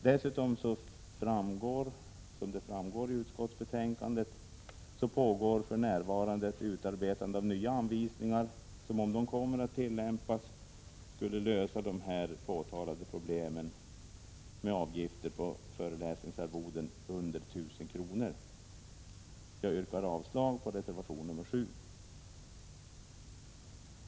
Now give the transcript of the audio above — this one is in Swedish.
Dessutom, som framgår av utskottsbetänkandet, pågår för närvarande ett utarbetande av nya anvisningar som, om de kommer att tillämpas, skulle lösa de här påtalade problemen med avgifter på föreläsningsarvoden under 1 000 kr. Jag yrkar avslag på reservation 7.